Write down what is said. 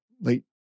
late